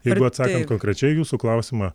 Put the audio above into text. jeigu atsakant konkrečiai į jūsų klausimą